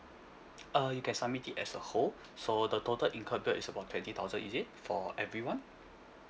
uh you can submit it as a whole so the total incurred is about twenty thousand is it for everyone